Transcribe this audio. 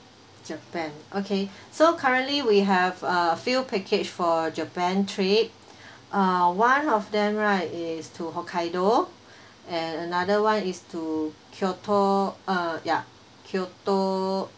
japan okay so currently we have a few package for japan trip uh one of them right is to hokkaido and another one is to kyoto uh ya kyoto